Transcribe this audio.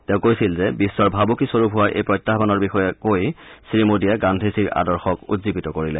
তেওঁ কৈছিল যে বিশ্বৰ ভাবুকিস্বৰূপ হোৱা এই প্ৰত্যাহানৰ বিষয়ে কৈ শ্ৰীমোডীয়ে গান্ধীজীৰ আদৰ্শক উজ্জীৱিত কৰিলে